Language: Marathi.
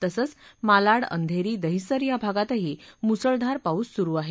तसंच मालाड अंधेरी दहिसर या भागातही मुसळधार पाऊस सुरू आहे